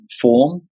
form